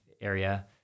area